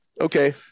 Okay